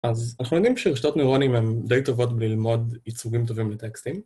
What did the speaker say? אז אנחנו יודעים שרשתות נוירונים הן די טובות בללמוד ייצוגים טובים לטקסטים.